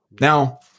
Now